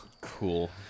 Cool